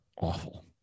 awful